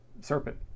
serpent